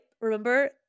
remember